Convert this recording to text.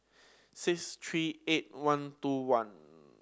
six three eight one two one